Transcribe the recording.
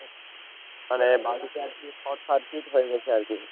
মানে বাড়িতে আর কি শট সার্কিট হয়ে গেছে আর কি